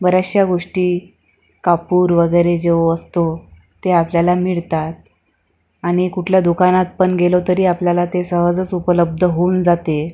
बऱ्याचशा गोष्टी कापूर वगैरे जो असतो ते आपल्याला मिळतात आणि कुठल्या दुकानात पण गेलो तरी आपल्याला ते सहजच उपलब्ध होऊन जाते